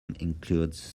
includes